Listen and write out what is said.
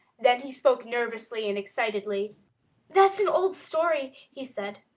then he spoke nervously and excitedly that's an old story, he said.